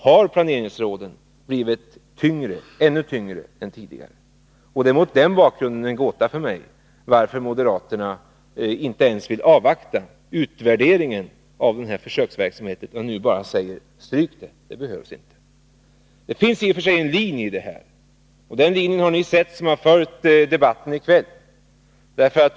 Mot den bakgrunden är det en gåta för mig att moderaterna inte ens vill avvakta utvärderingen av denna försöksverksamhet utan bara säger: Stryk den, den behövs inte. Det finns i och för sig en linje i moderaternas handlande. Den linjen har ni som följt debatten i kväll observerat.